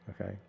Okay